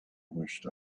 wished